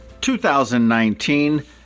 2019